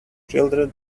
children